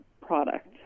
product